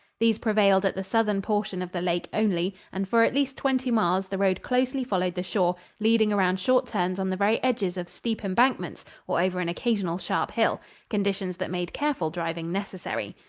these prevailed at the southern portion of the lake only, and for at least twenty miles the road closely followed the shore, leading around short turns on the very edges of steep embankments or over an occasional sharp hill conditions that made careful driving necessary.